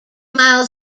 mile